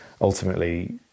ultimately